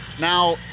now